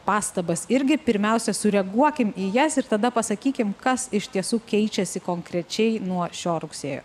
pastabas irgi pirmiausia sureaguokim į jas ir tada pasakykim kas iš tiesų keičiasi konkrečiai nuo šio rugsėjo